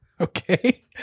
Okay